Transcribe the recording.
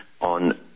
On